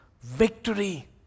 victory